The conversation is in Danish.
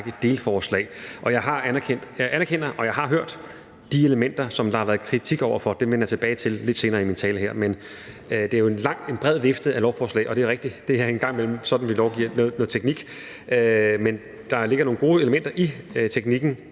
og jeg anerkender kritikken af de elementer, som jeg hørte der var kritik af, og dem vender jeg tilbage til lidt senere i min tale her. Men det er jo en bred vifte af lovforslag, og det er rigtigt, at det en gang imellem er sådan, at vi lovgiver noget teknik, men der ligger nogle gode elementer i teknikken.